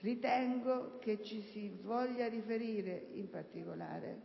Ritengo che ci si voglia riferire, in particolare,